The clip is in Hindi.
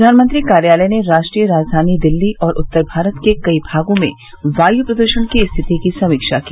प्रधानमंत्री कार्यालय ने राष्ट्रीय राजधानी दिल्ली और उत्तर भारत के कई भागों में वायु प्रदूषण की स्थिति की समीक्षा की